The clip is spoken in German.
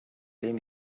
dem